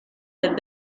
del